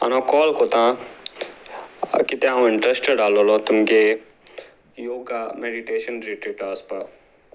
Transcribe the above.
आनी हांव कॉल कोत कितें हांव इंट्रस्टेड आहलोलो तुमगे योगा मेडिटेशन रिट्रिटा वसपाक